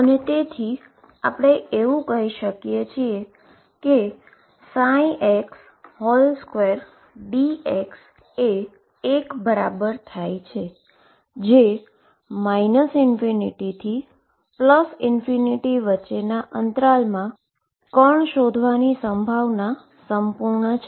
અને તેથી આપણે એવુ કહી શકીએ કે ψ2dx એ એક બરાબર થાય છે જે ∞ થી વચ્ચેના ઈન્ટરવલમાં કણ શોધવાની પ્રોબેબીલીટી સંપૂર્ણ છે